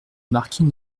marquis